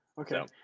okay